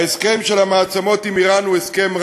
ההסכם של המעצמות עם איראן הוא הסכם רע,